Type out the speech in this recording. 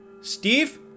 Steve